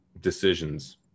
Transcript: decisions